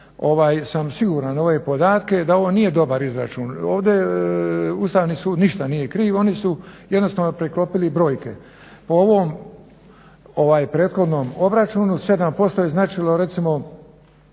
sam siguran u ove podatke da ovo nije dobar izračun. Ovdje Ustavni sud ništa nije kriv oni su jednostavno preklopili brojke. Po ovom prethodnom obračunu 7% je značilo recimo